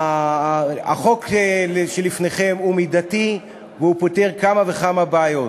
החוק שלפניכם הוא מידתי והוא פותר כמה וכמה בעיות: